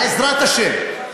בעזרת השם.